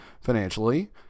financially